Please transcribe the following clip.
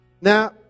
Now